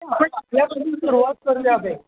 आपण आपल्या पासून सुरवात करूया बाई